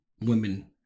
women